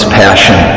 passion